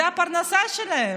זו הפרנסה שלהם.